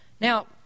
Now